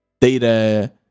data